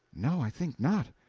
no, i think not.